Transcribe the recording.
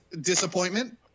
disappointment